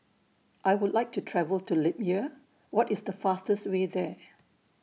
I Would like to travel to Libya What IS The fastest Way There